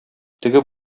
теге